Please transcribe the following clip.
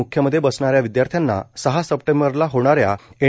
म्ख्यमध्ये बसणाऱ्या विद्यार्थ्यांना सहा सप्टेंबरला होणाऱ्या एन